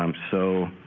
um so